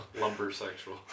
Lumber-sexual